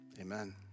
Amen